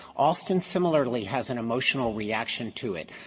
alston similarly has an emotional reaction to it.